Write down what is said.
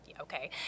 okay